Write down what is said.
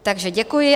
Takže děkuji.